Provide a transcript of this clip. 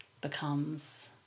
becomes